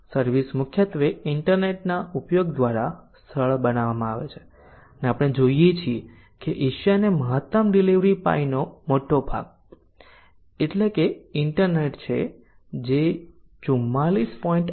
service મુખ્યત્વે ઈન્ટરનેટના ઉપયોગ દ્વારા સરળ બનાવવામાં આવે છે અને આપણે જોઈએ છીએ કે એશિયાને મહત્તમ ડીલીવરી પાઈનો મોટો ભાગ એટલે કે 2754 ઈન્ટરનેટ છે જે 44